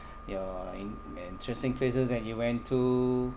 your in~ interesting places that you went to